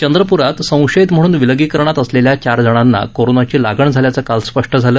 चंद्रपूरात संशयित म्हणून विलगीकरणात असलेल्या चार जणांना कोरोनाची लागण झाल्याचं काल स्पष्ट झालं